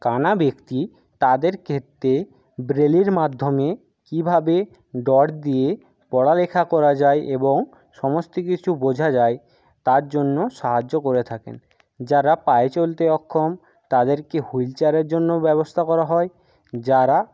কানা ব্যক্তি তাদের ক্ষেত্রে ব্রেলির মাধ্যমে কীভাবে ডট দিয়ে পড়া লেখা করা যায় এবং সমস্ত কিছু বোঝা যায় তার জন্য সাহায্য করে থাকেন যারা পায়ে চলতে অক্ষম তাদেরকে হুইল চেয়ারের জন্যও ব্যবস্থা করা হয় যারা